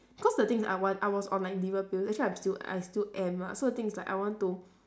cause the thing is that I want I was on like liver pill actually I'm still I still am lah so the thing is like I want to